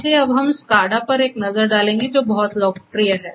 इसलिए अब हम SCADA पर एक नज़र डालेंगे जो बहुत लोकप्रिय है